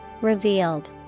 Revealed